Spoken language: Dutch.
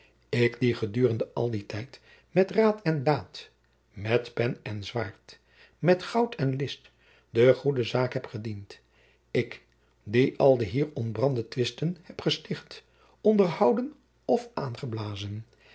ik die gedurende al dien tijd met raad en daad met pen en zwaard met goud en list de jacob van lennep de pleegzoon goede zaak heb gediend ik die al de hier ontbrandde twisten heb gesticht onderhouden of